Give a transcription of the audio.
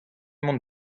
mont